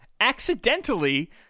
Accidentally